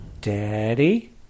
Daddy